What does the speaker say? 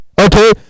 okay